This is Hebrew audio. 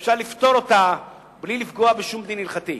כשאפשר לפתור זאת בלי לפגוע בשום דין הלכתי.